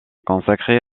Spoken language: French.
consacrée